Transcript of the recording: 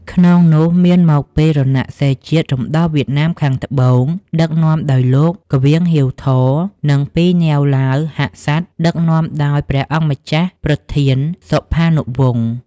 ក្នុងនោះមានមកពីរណសិរ្សជាតិរំដោះវៀតណាមខាងត្បូង ដឹក នាំដោយលោក ង្វៀង ហ៊ីវ ថ និងពី ណេវ ឡាវ ហាក់សាត ដឹកនាំដោយព្រះអង្គម្ចាស់ប្រធាន សុផានុវង្ស។